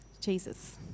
Jesus